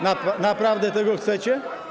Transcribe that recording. Naprawdę tego chcecie?